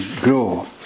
grow